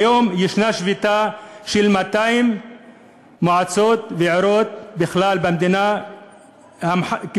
היום יש שביתה של 200 מועצות ועיריות בכלל במדינה כמחאה